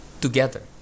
together